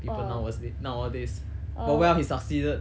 people nowas~ nowadays but well he succeeded